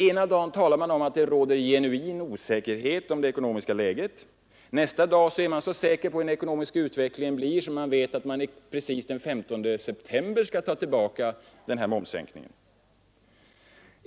Ena dagen talar man om att det råder ”genuin osäkerhet” om det ekonomiska läget, nästa dag är man så säker på hurudan den ekonomiska utvecklingen blir att man precis den 15 september skall ta tillbaka den här momssänkningen.